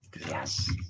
Yes